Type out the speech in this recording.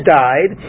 died